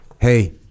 hey